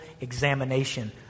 examination